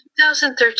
2013